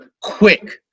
quick